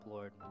Lord